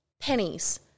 Pennies